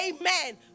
Amen